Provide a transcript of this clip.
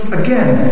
again